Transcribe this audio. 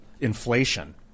inflation